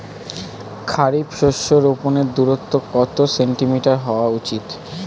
খারিফ শস্য রোপনের দূরত্ব কত সেন্টিমিটার হওয়া উচিৎ?